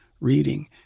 reading